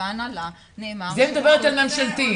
ובהנהלה -- את מדברת על ממשלתי.